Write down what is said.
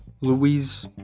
Louise